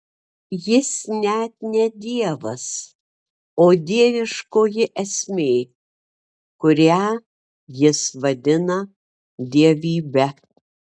jis net ne dievas o dieviškoji esmė kurią jis vadina dievybe